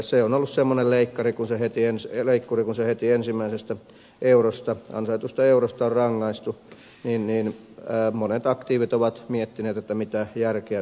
se on ollut semmoinen leikkuri kun se heti ensimmäisestä ansaitusta eurosta on rangaissut että monet aktiivit ovat miettineet mitä järkeä tässä on